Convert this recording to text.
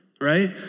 Right